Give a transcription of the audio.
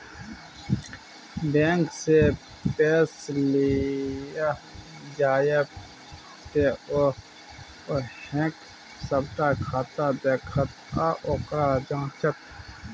बैंकसँ पैच लिअ जाएब तँ ओ अहॅँक सभटा खाता देखत आ ओकरा जांचत